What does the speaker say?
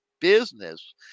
business